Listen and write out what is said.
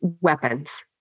weapons